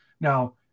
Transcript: Now